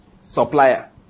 supplier